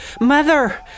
Mother